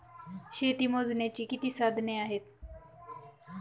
शेती मोजण्याची किती साधने आहेत?